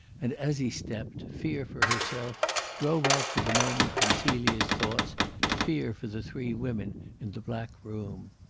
and, as he stepped, fear for herself drove out for the moment from celia's thoughts fear for the three women in the black room.